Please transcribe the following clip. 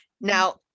Now